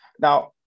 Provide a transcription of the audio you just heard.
Now